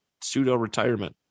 pseudo-retirement